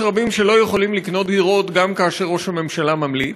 יש רבים שלא יכולים לקנות דירות גם כאשר ראש הממשלה ממליץ.